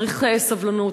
צריך סבלנות.